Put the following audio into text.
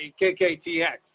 KKTX